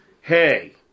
hey